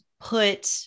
put